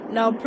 Now